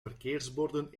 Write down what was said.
verkeersborden